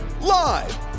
Live